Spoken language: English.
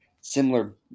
similar